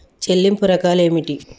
చెల్లింపు రకాలు ఏమిటి?